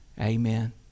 Amen